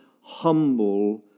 humble